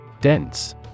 Dense